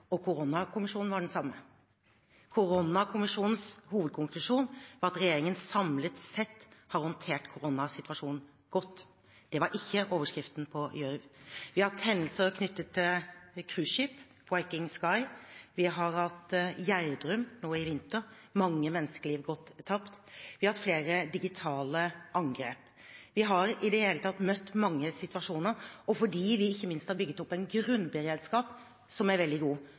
og koronakommisjonen var den samme. Koronakommisjonens hovedkonklusjon var at regjeringen samlet sett har håndtert koronasituasjonen godt. Det var ikke overskriften når det gjaldt Gjørv-kommisjonen. Vi har hatt hendelser knyttet til cruiseskip, MS «Viking Sky», vi har hatt Gjerdrum nå i vinter, med mange menneskeliv som har gått tapt, og vi har hatt flere digitale angrep. Vi har i det hele tatt møtt mange situasjoner, og fordi vi, ikke minst, har bygd opp en grunnberedskap som er veldig god,